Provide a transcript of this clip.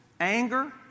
Anger